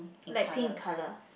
light pink colour